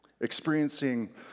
experiencing